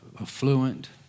Affluent